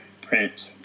print